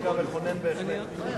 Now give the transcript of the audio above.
רגע מכונן בהחלט.